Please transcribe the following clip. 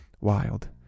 wild